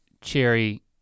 Cherry